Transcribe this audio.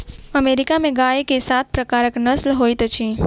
America में गाय के सात प्रकारक नस्ल होइत अछि